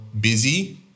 busy